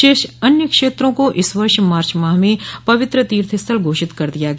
शेष अन्य क्षेत्रों को इस वर्ष मार्च माह में पवित्र तीर्थस्थल घोषित कर दिया गया